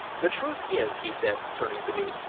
the truth is, he said, turning to me,